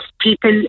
people